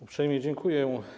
Uprzejmie dziękuję.